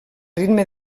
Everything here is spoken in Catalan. ritme